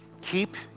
Keep